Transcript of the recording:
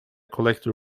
collector